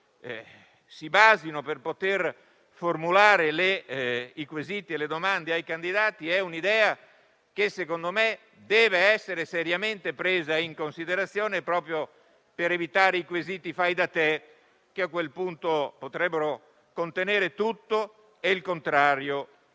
si basano per poter formulare le domande ai candidati, secondo me deve essere seriamente presa in considerazione, proprio per evitare i quesiti fai da te che a quel punto potrebbero contenere tutto e il contrario di